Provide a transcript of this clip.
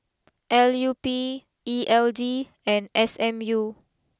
L U P E L D and S M U